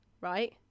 right